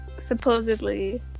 supposedly